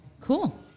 Cool